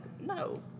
no